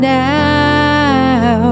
now